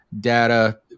data